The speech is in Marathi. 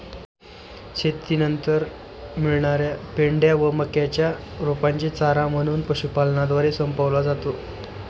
शेतीनंतर मिळणार्या पेंढ्या व मक्याच्या रोपांचे चारा म्हणून पशुपालनद्वारे संपवला जातो